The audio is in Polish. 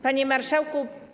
Panie Marszałku!